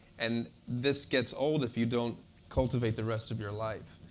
and this gets old if you don't cultivate the rest of your life.